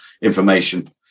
information